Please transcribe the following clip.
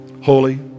holy